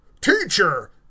Teacher